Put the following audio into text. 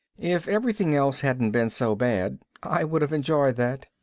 if everything else hadn't been so bad i would have enjoyed that.